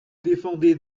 défendez